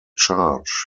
charge